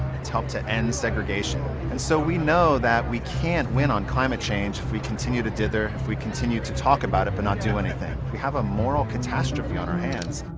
it's helped to end segregation. and so we know that we can't win on climate change if we continue to dither, if we continue to talk about it but not do anything. we have a moral catastrophe on our hands.